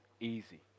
easy